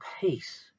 peace